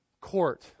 court